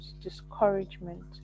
discouragement